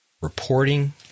reporting